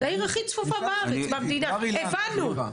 העיר הכי צפופה בארץ, במדינה.